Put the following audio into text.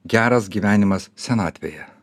geras gyvenimas senatvėje